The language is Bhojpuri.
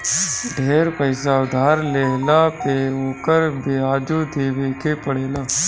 ढेर पईसा उधार लेहला पे ओकर बियाजो देवे के पड़ेला